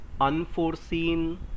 unforeseen